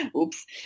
oops